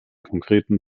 konkreten